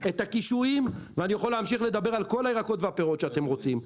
את הקישואים ואני יכול להמשיך לדבר על כל הירקות והפירות שאתם רוצים.